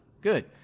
Good